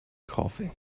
coffee